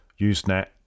Usenet